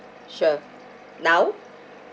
sure now